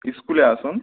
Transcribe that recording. স্কুলে আসুন